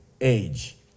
age